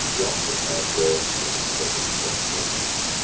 the office of child care, and other acf programs.